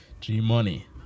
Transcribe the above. G-Money